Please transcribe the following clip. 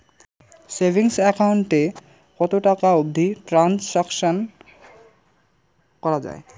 Savings account এ কতো টাকা অবধি ট্রানসাকশান করা য়ায়?